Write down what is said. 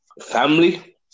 family